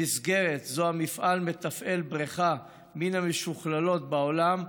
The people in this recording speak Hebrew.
במסגרת זו המפעל מתפעל בריכה מן המשוכללות בעולם.